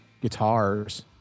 guitars